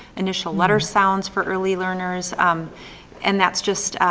initial letter sounds for early learners and that's just,